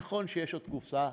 נכון שיש עוד קופסה שחורה,